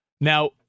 Now